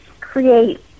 create